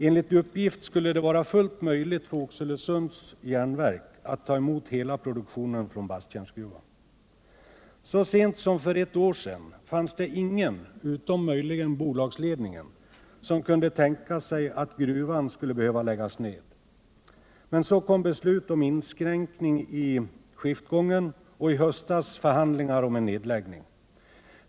Enligt uppgift skulle det vara fullt möjligt för Oxelösunds Jernverk att ta emot hela produktionen från Basttjärnsgruvan. Så sent som för ett år sedan fanns det ingen, utom möjligen bolagsledningen, som kunde tänka sig att gruvan skulle behöva läggas ned. Men så kom beslut om inskränkning i skiftgången och i höstas förhandlingar om nedläggning.